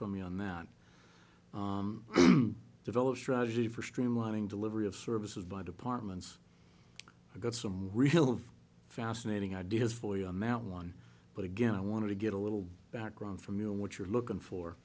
from you on that develop a strategy for streamlining delivery of services by departments i got some real fascinating ideas for you on mt one but again i want to get a little background from you and what you're looking for